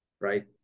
right